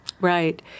Right